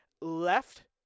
left